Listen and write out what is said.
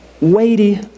weighty